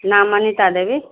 नाम अनीता देवी